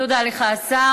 תודה לך, השר.